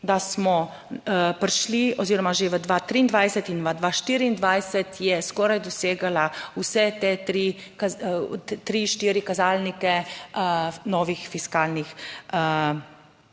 da smo prišli oziroma že v 2023 in v 2024 je skoraj dosegla vse te tri, tri, štiri kazalnike novih fiskalnih